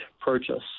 purchase